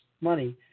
money